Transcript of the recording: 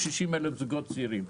60,000 זוגות צעירים.